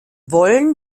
wollen